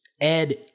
Ed